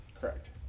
Correct